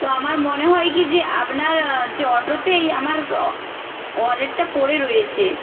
তো আমার মনে হয় কী যে আপনার যে অটোতেই আমার অ ওয়ালেটটা পড়ে রয়েছে